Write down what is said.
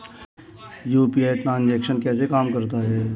UPI transaction कैसे काम करता है?